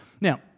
Now